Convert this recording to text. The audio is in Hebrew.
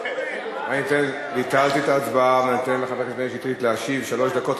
אני נותן לחבר הכנסת מאיר שטרית להשיב, שלוש דקות.